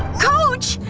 coach!